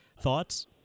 Thoughts